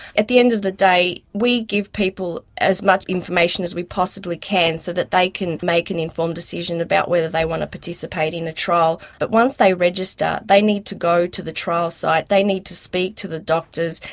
at the end of the day we give people as much information as we possibly can so that they can make an informed decision about whether they want to participate in a trial. but once they register, they need to go to the trial site, they need to speak to the doctors,